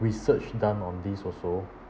research done on this also